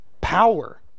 power